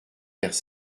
vers